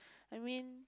I mean